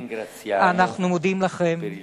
אנחנו מודים לכם על